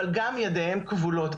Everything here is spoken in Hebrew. אבל גם ידיהן כבולות.